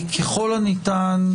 ככל הניתן,